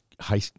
high